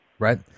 Right